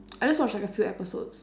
I just watched like a few episodes